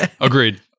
Agreed